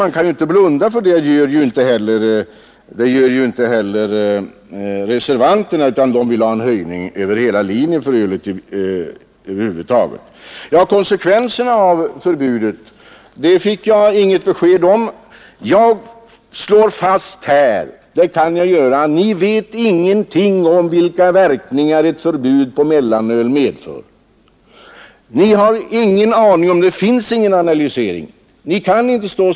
Man kan inte blunda för det, och det gör ju inte heller utskottet, som för övrigt vill ha en höjning över hela linjen. Jag kan vidare slå fast att jag inte fick något besked om konsekvenserna av ett förbud. Vi vet ingenting om vilka verkningar ett mellanölsförbud medför. Vi har ingen aning om detta, eftersom det inte finns någon sådan analys.